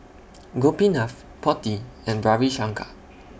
Gopinath Potti and Ravi Shankar